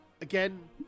again